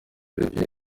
olivier